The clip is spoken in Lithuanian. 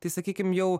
tai sakykim jau